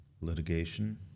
litigation